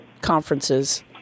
conferences